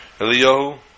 Eliyahu